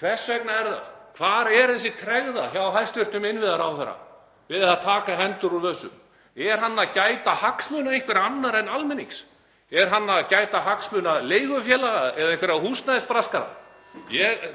Hvers vegna er það, hvar er þessi tregða hjá hæstv. innviðaráðherra við aðtaka hendur úr vösum? Er hann að gæta hagsmuna einhverra annarra en almennings? Er hann að gæta hagsmuna leigufélaga eða einhverja húsnæðisbraskara?